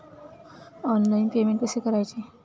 Online payment कसे करायचे?